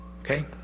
Okay